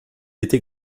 était